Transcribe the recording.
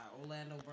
Orlando